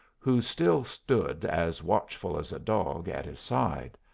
who still stood as watchful as a dog at his side.